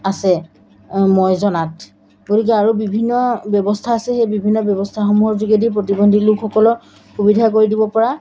আছে মই জনাত গতিকে আৰু বিভিন্ন ব্যৱস্থা আছে সেই বিভিন্ন ব্যৱস্থাসমূহৰ যোগেদি প্ৰতিবন্ধী লোকসকলৰ সুবিধা কৰি দিব পৰা